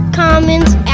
commons